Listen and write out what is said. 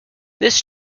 this